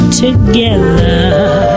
together